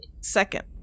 Second